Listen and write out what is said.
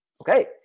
Okay